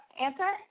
answer